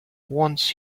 wants